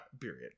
Period